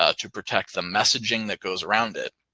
ah to protect the messaging that goes around it.